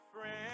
friend